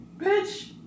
bitch